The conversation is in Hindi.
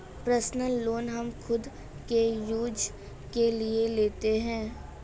पर्सनल लोन हम खुद के यूज के लिए लेते है